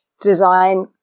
design